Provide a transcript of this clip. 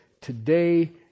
Today